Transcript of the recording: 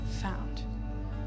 found